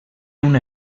una